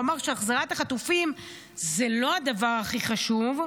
אמר שהחזרת החטופים זה לא הדבר הכי חשוב,